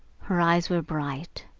her eyes were bright,